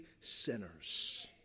sinners